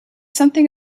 something